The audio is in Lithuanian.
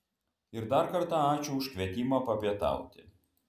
ir dar kartą ačiū už kvietimą papietauti